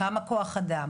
כמה כוח אדם?